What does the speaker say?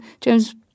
James